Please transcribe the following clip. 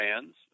fans